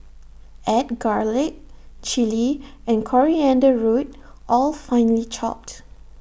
add garlic Chilli and coriander root all finely chopped